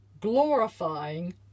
glorifying